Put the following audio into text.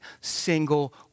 single